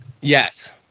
Yes